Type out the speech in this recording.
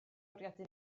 bwriadu